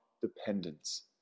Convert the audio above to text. dependence